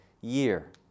year